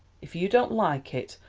if you don't like it,